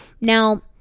Now